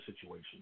situation